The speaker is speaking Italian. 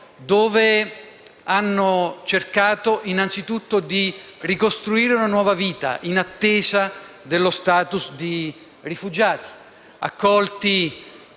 dove hanno cercato innanzi tutto di ricostruire una nuova vita, in attesa dello *status* di rifugiati. Accolti